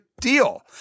deal